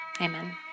Amen